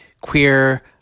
queer